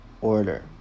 order